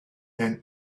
and